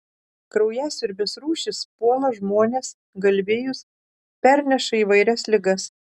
kraujasiurbės rūšys puola žmones galvijus perneša įvairias ligas